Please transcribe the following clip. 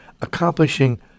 accomplishing